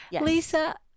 Lisa